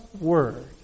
word